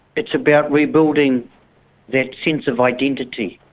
it's about rebuilding that sense of identity,